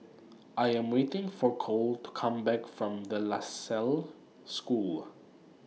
I Am waiting For Cole to Come Back from De La Salle School